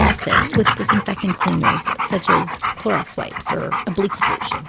often with disinfecting cleaners such as clorox wipes or a bleach solution